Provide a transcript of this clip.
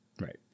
Right